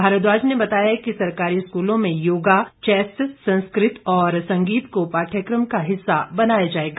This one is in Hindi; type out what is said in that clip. भारद्वाज ने बताया कि सरकारी स्कूलों में योगा चैस संस्कृत और संगीत को पाठ्यक्रम का हिस्सा बनाया जाएगा